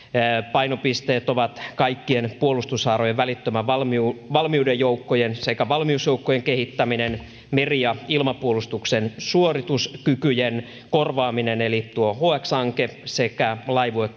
painopisteet ovat kaikkien puolustushaarojen välittömän valmiuden valmiuden joukkojen sekä valmiusjoukkojen kehittäminen meri ja ilmapuolustuksen suorituskykyjen korvaaminen eli hx hanke sekä laivue